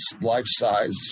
life-size